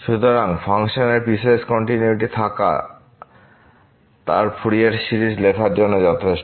সুতরাং ফাংশনের piecewise continuity থাকা তার ফুরিয়ার সিরিজ লেখার জন্য যথেষ্ট